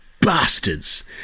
Bastards